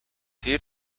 zeer